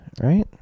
right